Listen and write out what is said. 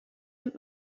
und